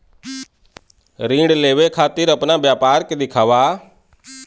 ऋण लेवे के खातिर अपना व्यापार के दिखावा?